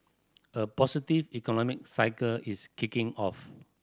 a positive economic cycle is kicking off